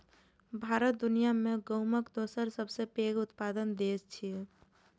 भारत दुनिया मे गहूमक दोसर सबसं पैघ उत्पादक देश छियै